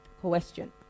Question